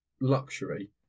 luxury